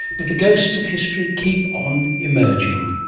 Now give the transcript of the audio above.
but the ghosts of history keep on emerging.